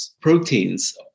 proteins